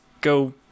go